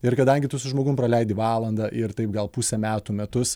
ir kadangi tu su žmogum praleidi valandą ir taip gal pusę metų metus